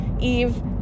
Eve